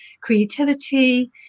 creativity